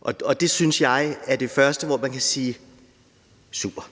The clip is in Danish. Og det synes jeg er første gang, hvor man kan sige: Super.